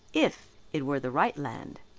if it were the right land.